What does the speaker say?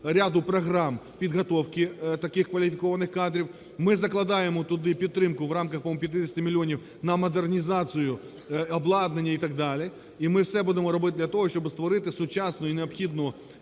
ряду програм підготовки таких кваліфікованих кадрів. Ми закладаємо туди підтримку в рамках, по-моєму, 50 мільйонів на модернізацію обладнання і так далі, і ми все будемо робити для того, щоб створити сучасну і необхідну